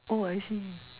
oh I see